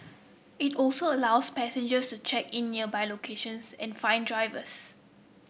it also allows passengers to check in nearby locations and find drivers